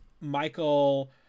michael